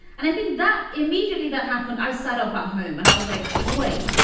and i think that immediately that happened i sat up at home and i was like, wait.